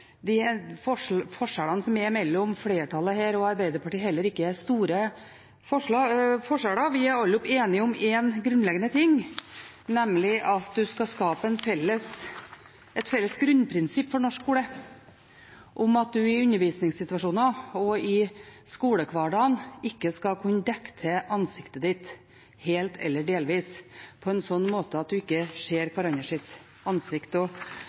de forskjellene som er mellom flertallet og Arbeiderpartiet, heller ikke er store forskjeller. Vi er alle enige om én grunnleggende ting, nemlig at man skal skape et felles grunnprinsipp for norsk skole om at man i undervisningssituasjoner og i skolehverdagen ikke skal kunne dekke til ansiktet sitt helt eller delvis på en slik måte at man ikke ser hverandres ansikt.